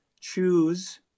choose